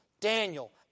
Daniel